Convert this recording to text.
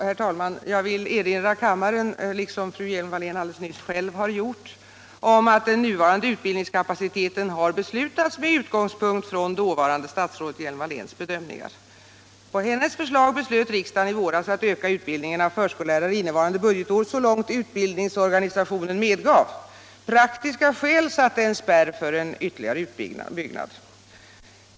Herr talman! Jag vill erinra kammaren, liksom fru Hjelm-Wallén nyss själv har gjort, om att den nuvarande utbildningskapaciteten har beslutats med utgångspunkt i dåvarande statsrådet Hjelm-Walléns bedömningar. På hennes förslag beslöt riksdagen i våras att öka utbildningen av förskollärare innevarande budgetår så långt utbildningsorganisationen medgav. Praktiska skäl satte en spärr för ytterligare utbyggnad.